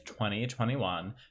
2021